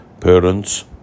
parents